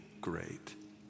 great